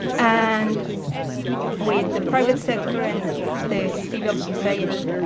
and with the private sector and the civil society,